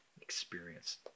experience